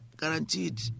guaranteed